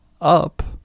up